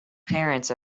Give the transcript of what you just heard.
parents